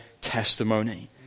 testimony